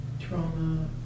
trauma